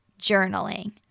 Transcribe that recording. journaling